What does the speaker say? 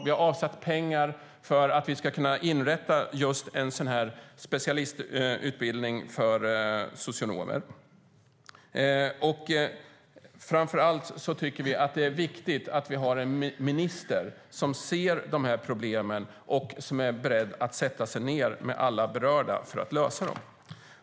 Vi har avsatt pengar för att vi ska kunna inrätta just en sådan specialistutbildning för socionomer. Framför allt tycker vi att det är viktigt att vi har en minister som ser problemen och är beredd att sätta sig ned med alla berörda för att lösa dem.